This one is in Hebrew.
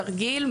תרגיל,